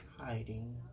hiding